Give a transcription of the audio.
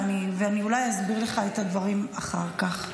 ואני אולי אסביר לך את הדברים אחר כך.